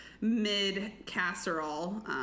mid-casserole